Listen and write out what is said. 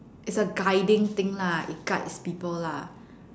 it's a guiding thing lah it guides people lah